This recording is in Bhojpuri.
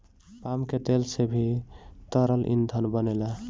पाम के तेल से भी तरल ईंधन बनेला